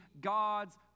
God's